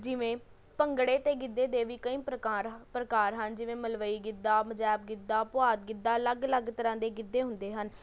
ਜਿਵੇਂ ਭੰਗੜੇ ਅਤੇ ਗਿੱਧੇ ਦੇ ਵੀ ਕਈ ਪ੍ਰਕਾਰ ਪ੍ਰਕਾਰ ਹਨ ਜਿਵੇਂ ਮਲਵਈ ਗਿੱਧਾ ਮਜੈਬ ਗਿੱਧਾ ਪੁਆਧ ਗਿੱਧਾ ਅਲੱਗ ਅਲੱਗ ਤਰ੍ਹਾਂ ਦੇ ਗਿੱਧੇ ਹੁੰਦੇ ਹਨ